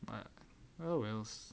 but oh wells